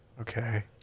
Okay